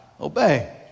Obey